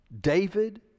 David